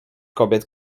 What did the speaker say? kobiet